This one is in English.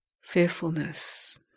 fearfulness